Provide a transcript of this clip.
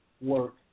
work